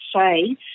say